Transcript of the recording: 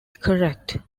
correct